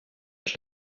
être